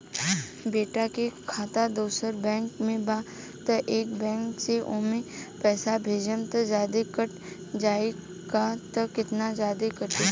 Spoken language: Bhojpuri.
बेटा के खाता दोसर बैंक में बा त ए बैंक से ओमे पैसा भेजम त जादे कट जायी का त केतना जादे कटी?